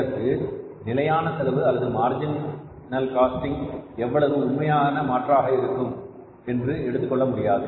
இதற்கு நிலையான செலவு அல்லது மார்ஜினல் காஸ்டிங் என்பவை உண்மையான மாற்றாக எடுத்துக்கொள்ள முடியாது